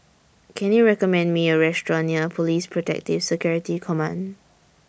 Can YOU recommend Me A Restaurant near Police Protective Security Command